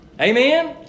Amen